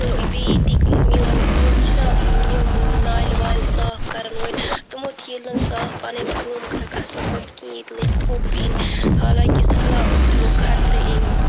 تہٕ بیٚیہِ ییٚتِکۍ یِم یِم چھِنا یِم نالہِ والہِ صاف کَرن وألۍ تِمو تہِ ییٚلہِ نہٕ صاف پَنٕنۍ کٔام کٔرٕکھ اَصٕل پٲٹھۍ کِہیٖنٛۍ ییٚتہِ لٔگہِ تھوٚپ یِنۍ حالانٛکہِ سہلابَس تہِ لوٚگ خطرٕ یِنہِ